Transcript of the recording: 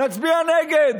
להצביע נגד.